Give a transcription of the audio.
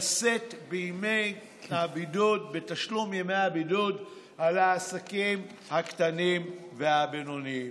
על העסקים הקטנים והבינוניים: